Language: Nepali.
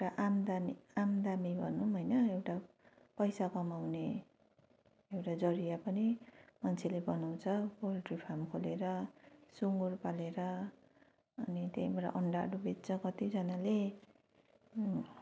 एउटा आमदानी आमदानी भनौँ होइन एउटा पैसा कमाउने एउटा जरिया पनि मान्छेले बनाउछ पोल्ट्री फार्म खोलेर सुँगुर पालेर अनि त्यहीँबाट अन्डाहरू बेच्छ कतिजनाले